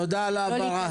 תודה על ההבהרה.